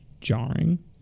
jarring